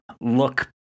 look